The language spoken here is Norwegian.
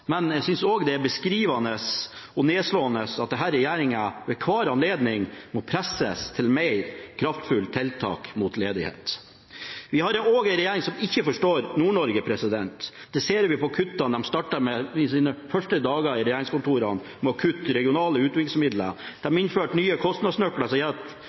Men jeg synes også det er beskrivende – og nedslående – at denne regjeringen ved hver anledning må presses til mer kraftfulle tiltak mot ledighet. Vi har også en regjering som ikke forstår Nord-Norge. Det ser vi på de kuttene de startet med i sine første dager i regjeringskontorene, ved å kutte i regionale utviklingsmidler. De innførte nye kostnadsnøkler, som